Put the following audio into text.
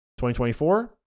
2024